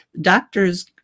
doctors